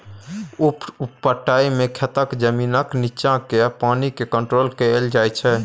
उप पटाइ मे खेतक जमीनक नीच्चाँ केर पानि केँ कंट्रोल कएल जाइत छै